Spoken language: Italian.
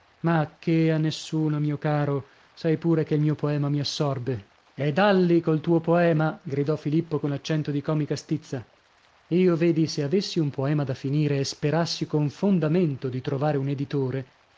ma che a nessuna mio caro sai pure che il mio poema mi assorbe e dalli col tuo poema gridò filippo con accento di comica stizza io vedi se avessi un poema da finire e sperassi con fondamento di trovare un